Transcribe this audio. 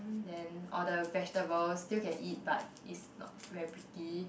then or the vegetable still can eat but is not very pretty